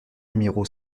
numéro